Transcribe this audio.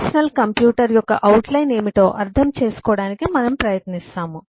personal computer యొక్క outline ఏమిటో అర్థం చేసుకోవడానికి మనము ప్రయత్నిస్తాము